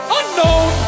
unknown